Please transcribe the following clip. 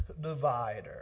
divider